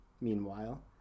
meanwhile